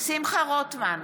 שמחה רוטמן,